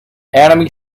enemy